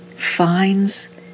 finds